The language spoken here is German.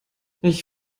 ich